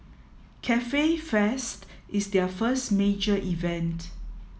Cafe Fest is their first major event